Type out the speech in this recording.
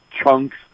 chunks